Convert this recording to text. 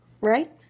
right